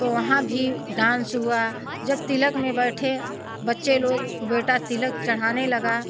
तो वहाँ भी डांस हुआ जब तिलक में बैठे बच्चे लोग बेटा तिलक चढ़ाने लगा